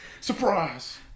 Surprise